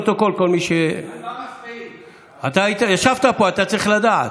אתה ישבת פה, אתה צריך לדעת.